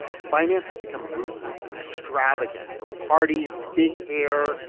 finance had become ruthless, extravagant. there were parties, big hair,